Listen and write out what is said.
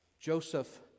Joseph